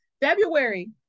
february